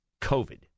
COVID